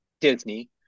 Disney